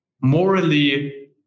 morally